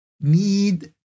need